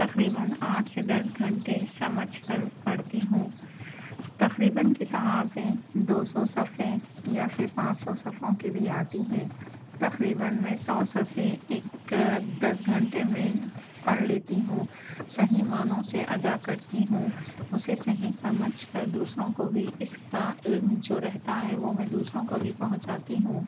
تقریباً آٹھ سے دس گھنٹے سمجھ کر پڑھتی ہوں تقریباً کتابیں دو سو صفحے یا پھر پانچ سو صفحوں کی بھی آتی ہیں تقریباً میں سو صفحے ایک دس گھنٹے میں پڑھ لیتی ہوں صحیح معنوں سے ادا کرتی ہوں اسے صحیح سمجھ کر دوسروں کو بھی اس کا علم جو رہتا ہے وہ میں دوسروں کو بھی پہنچاتی ہوں